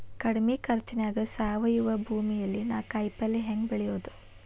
ಕಡಮಿ ಖರ್ಚನ್ಯಾಗ್ ಸಾವಯವ ಭೂಮಿಯಲ್ಲಿ ನಾನ್ ಕಾಯಿಪಲ್ಲೆ ಹೆಂಗ್ ಬೆಳಿಯೋದ್?